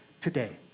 Today